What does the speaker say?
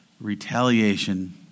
retaliation